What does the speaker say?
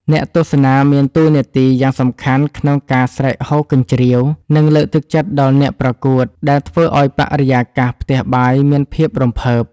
អ្នកទស្សនាមានតួនាទីយ៉ាងសំខាន់ក្នុងការស្រែកហ៊ោកញ្ជ្រៀវ និងលើកទឹកចិត្តដល់អ្នកប្រកួត ដែលធ្វើឱ្យបរិយាកាសផ្ទះបាយមានភាពរំភើប។